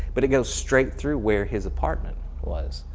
but it goes straight through where his apartment was.